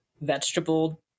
vegetable